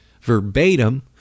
verbatim